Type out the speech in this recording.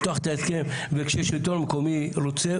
וכשהשלטון המקומי רוצה,